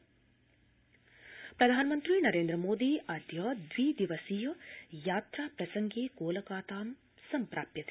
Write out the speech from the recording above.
प्रधानमन्त्री कोलकाता प्रधानमन्त्री नरेन्द्रमोदी अद्य द्वि दिवसीय यात्रा प्रसंगे कोलकातां सम्प्राप्यते